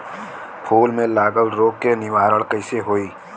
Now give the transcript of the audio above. फूल में लागल रोग के निवारण कैसे होयी?